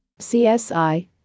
CSI